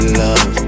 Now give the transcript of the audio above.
love